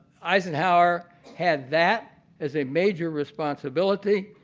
eisenhower had that as a major responsibility.